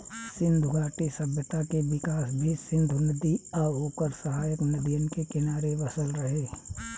सिंधु घाटी सभ्यता के विकास भी सिंधु नदी आ ओकर सहायक नदियन के किनारे बसल रहे